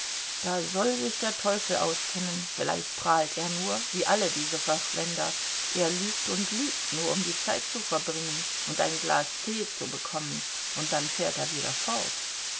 da soll sich der teufel auskennen vielleicht prahlt er nur wie alle diese verschwender er lügt und lügt nur um die zeit zu verbringen und ein glas tee zu bekommen und dann fährt er wieder fort